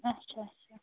اَچھا اَچھا